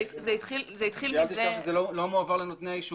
זה לא מועבר לנותני האישור.